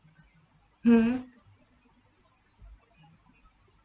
hmm